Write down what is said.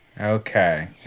Okay